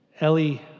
Ellie